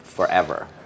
forever